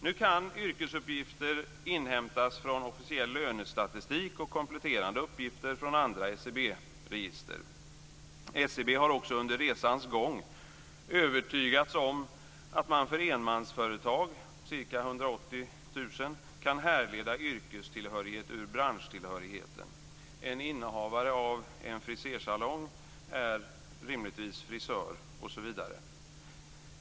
Nu kan yrkesuppgifter inhämtas från officiell lönestatistik och kompletterande uppgifter från andra SCB-register. SCB har också under resans gång övertygats om att man för enmansföretag - ca 180 000 - kan härleda yrkestillhörighet ur branschtillhörigheten. En innehavare av en frisersalong är rimligtvis frisör, osv.